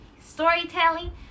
storytelling